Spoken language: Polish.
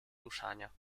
ruszania